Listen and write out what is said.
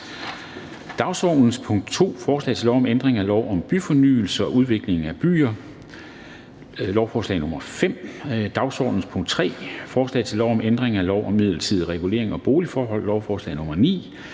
Dagsordenens punkt 2, forslag til lov om ændring af lov om byfornyelse og udvikling af byer (lovforslag nr. L 5), dagsordenens punkt 3, forslag til lov om ændring af lov om midlertidig regulering af boligforholdene